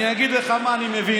אני אגיד לך מה אני מבין.